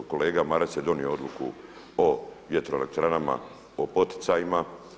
Jer kolega Maras je donio odluku o vjetroelektranama, o poticajima.